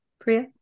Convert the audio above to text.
Priya